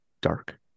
dark